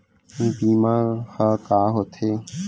बीमा ह का होथे?